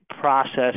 process